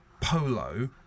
polo